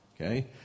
Okay